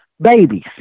babies